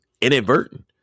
inadvertent